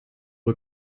dem